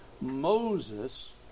Moses